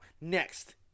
Next